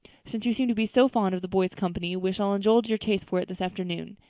since you seem to be so fond of the boys' company we shall indulge your taste for it this afternoon,